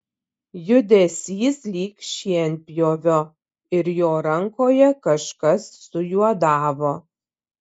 judesys lyg šienpjovio ir jo rankoje kažkas sujuodavo